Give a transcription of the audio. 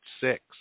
six